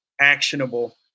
actionable